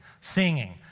singing